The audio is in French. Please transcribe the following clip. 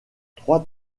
trois